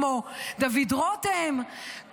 כמו דוד רותם,